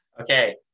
Okay